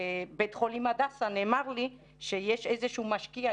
בבית חולים הדסה נאמר לי שיש איזשהו משקיע,